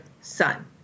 son